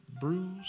bruised